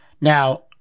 Now